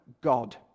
God